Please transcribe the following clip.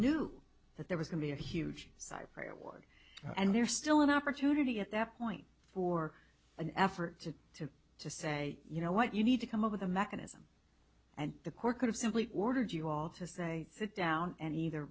knew that there was going to be a huge cyber war and there still an opportunity at that point for an effort to to to say you know what you need to come up with a mechanism and the court could have simply ordered you all to say sit down and either